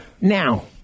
Now